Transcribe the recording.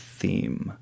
theme